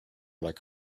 like